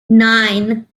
nine